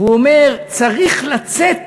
והוא אומר: צריך לצאת